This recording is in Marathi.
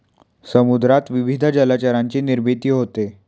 समुद्रात विविध जलचरांची निर्मिती होते